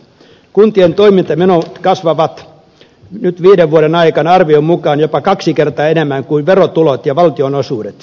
kuntien toimintamenot kasvavat nyt viiden vuoden aikana arvion mukaan jopa kaksi kertaa enemmän kuin verotulot ja valtionosuudet